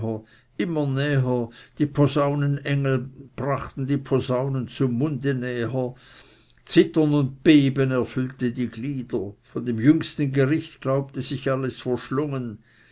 immer näher die posaunenengel brachten die posaunen zum munde näher immer näher zittern und beben erfüllte die glieder von dem jüngsten gericht glaubte sich alles verschlungen